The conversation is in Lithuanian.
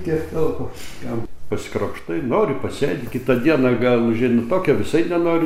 kiek telpa jam pasikrapštai nori pasėdi kitą dieną gal užeina tokia visai nenori